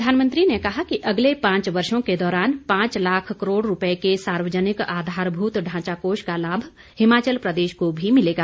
प्रधानमंत्री ने कहा कि अगले पांच वर्षों के दौरान पांच लाख करोड़ रूपये के सार्वजनिक आधारभूत ढांचा कोष का लाभ हिमाचल प्रदेश को भी मिलेगा